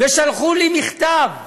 ושלחו לי מכתב,